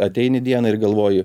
ateini dieną ir galvoji